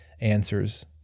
answers